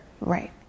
Right